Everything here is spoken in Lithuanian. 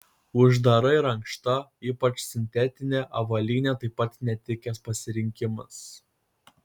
uždara ir ankšta ypač sintetinė avalynė taip pat netikęs pasirinkimas